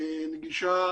ונגישה